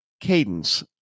cadence